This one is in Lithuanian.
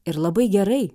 ir labai gerai